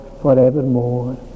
forevermore